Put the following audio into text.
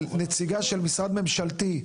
נציגה של משרד ממשלתי,